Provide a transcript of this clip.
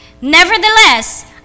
Nevertheless